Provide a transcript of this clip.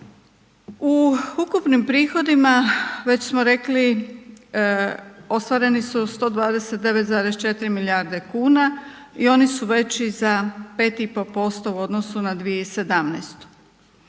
U ukupnim prihodima već smo rekli ostvareni su 129,4 milijarde kuna i oni su veći za 5,5% u odnosu na 2017.